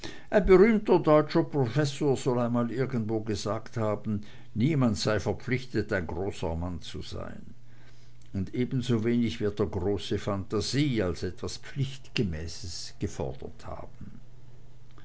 ein berühmter deutscher professor soll einmal irgendwo gesagt haben niemand sei verpflichtet ein großer mann zu sein und ebensowenig wird er große phantasie als etwas pflichtmäßiges gefordert haben